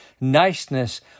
niceness